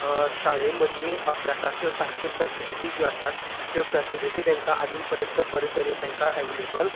शाळें मदीं अभ्यासाच्यो सारक्यो फेसिलिटी ज्यो आसात त्यो फेसिलिटी तेंकां आजून पर्यंत बरें तरेन तेंकां अवेलेबल